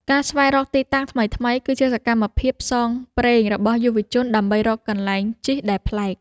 ការស្វែងរកទីតាំងថ្មីៗ គឺជាសកម្មភាពផ្សងព្រេងរបស់យុវជនដើម្បីរកកន្លែងជិះដែលប្លែក។